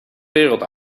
wereld